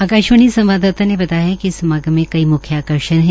आकाशवाणी संवाददाता ने बताया है कि इस समागम के कई मुख्य आर्कषण है